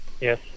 Yes